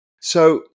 So-